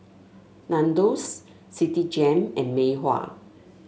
Nandos Citigem and Mei Hua